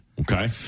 Okay